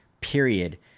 period